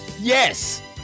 Yes